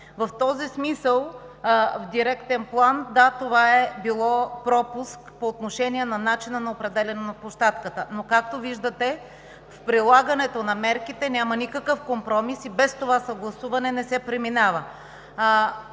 В този смисъл в директен план – да, това е било пропуск по отношение на начина на определяне на площадката. Както виждате, в прилагането на мерките няма никакъв компромис и без това съгласуване не се преминава.